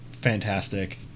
fantastic